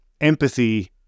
empathy